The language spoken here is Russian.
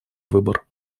выбор